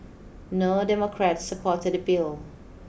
no Democrats supported the bill